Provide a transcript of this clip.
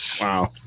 wow